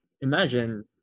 imagine